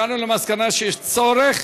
הגענו למסקנה שיש צורך